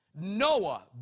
Noah